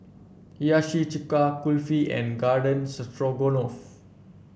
Hiyashi Chuka Kulfi and Garden Stroganoff